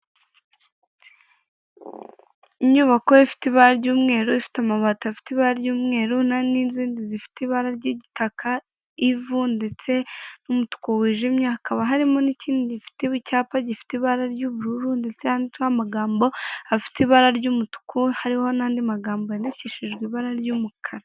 Inyubako ifite ibara ry'umweru ifite amabati afite ibara ry'umweru, n'izindi zifite ibara ry'igitaka, ivu ndetse n'umutuku wijimye, hakaba harimo n'ikindi gifite icyapa gifite ibara ry'ubururu ndetse yanditseho amagambo afite ibara ry'umutuku, hariho n'andi magambo yandikishijwe ibara ry'umukara.